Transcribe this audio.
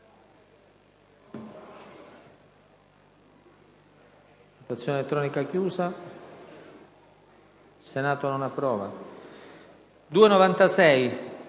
grazie.